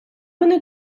вони